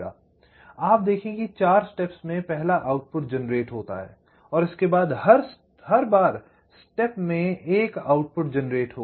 आप देखें कि चार स्टेप्स के बाद पहला आउटपुट जेनरेट होता है और उसके बाद हर बार स्टेप्स में एक आउटपुट जेनरेट होगा